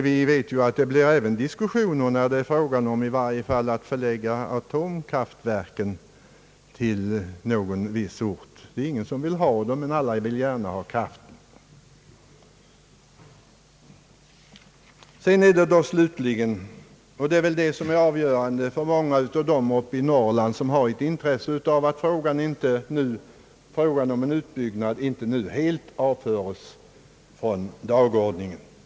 Vi vet att det blir diskussioner även när det gäller att förlägga atomkraftverk till någon viss ort. Ingen vill ha dem, men alla vill gärna ha kraften. Slutligen kommer jag till det som är avgörande för många i Norrland som har ett intresse av att frågan om en utbyggnad inte nu helt avföres från dagordningen.